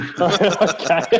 Okay